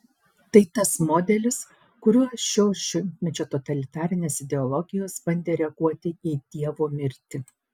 tai tas modelis kuriuo šio šimtmečio totalitarinės ideologijos bandė reaguoti į dievo mirtį